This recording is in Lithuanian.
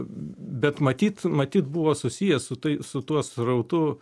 bet matyt matyt buvo susijęs su tai su tuo srautu